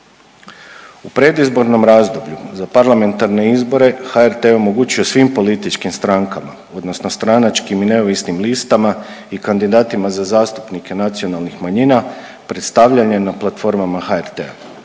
U predizbornom razdoblju za parlamentarne izbore, HRT je omogućio svim političkim strankama, odnosno stranačkim i neovisnim listama i kandidatima za zastupnike nacionalnih manjina, predstavljanje na platformama HRT-a.